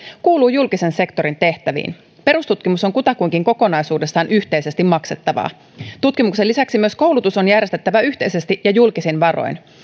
kuuluu julkisen sektorin tehtäviin perustutkimus on kutakuinkin kokonaisuudessaan yhteisesti maksettavaa tutkimuksen lisäksi myös koulutus on järjestettävä yhteisesti ja julkisin varoin